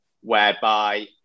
whereby